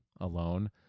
alone